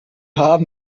haben